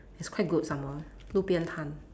it's quite good some more 路边摊